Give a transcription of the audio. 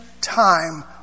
time